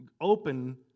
open